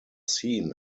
seen